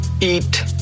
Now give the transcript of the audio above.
Eat